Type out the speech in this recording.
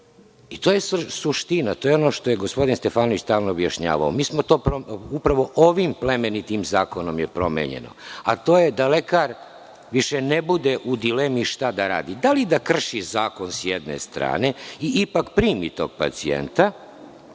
To je suština i to je ono što je gospodin Stefanović stalno objašnjavao. Mi smo to upravo ovim plemenitim zakonom promenili, a to je da lekar više ne bude u dilemi šta da radi – da li da krši zakon, s jedne strane, i ipak primi tog pacijenta,